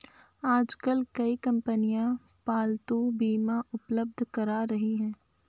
आजकल कई कंपनियां पालतू बीमा उपलब्ध करा रही है